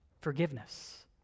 forgiveness